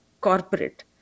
corporate